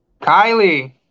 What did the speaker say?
kylie